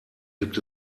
gibt